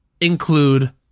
include